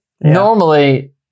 normally